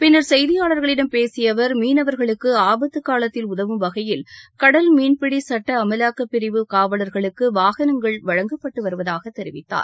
பின்னர் செய்தியாளர்களிடம் பேசிய அவர் மீனவர்களுக்கு ஆபத்து காலத்தில் உதவும் வகையில் கடல் மீன்பிடி சட்ட அமலாக்கப்பிரிவு காவலர்களுக்கு வாகனங்கள் வழங்கப்பட்டுள்ளதாக தெரிவித்தார்